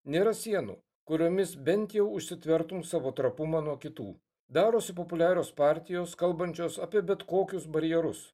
nėra sienų kuriomis bent jau užsitvertum savo trapumą nuo kitų darosi populiarus partijos kalbančios apie bet kokius barjerus